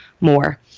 more